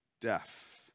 deaf